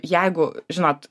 jeigu žinot